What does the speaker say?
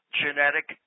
genetic